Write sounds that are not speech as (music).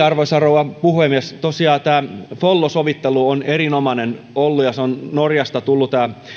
(unintelligible) arvoisa rouva puhemies tosiaan tämä follo sovittelu on erinomainen ollut tämä malli on norjasta tullut